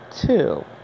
two